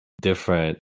different